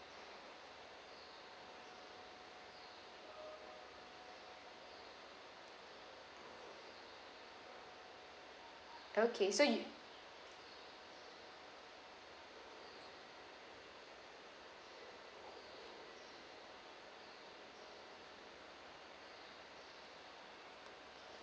okay so you